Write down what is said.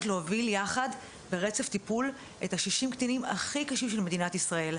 להוביל יחד ברצף טיפול את 60 הקטינים הכי קשים של מדינת ישראל.